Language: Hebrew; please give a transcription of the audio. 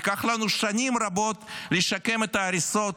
ייקח לנו שנים רבות לשקם את ההריסות